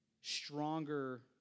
stronger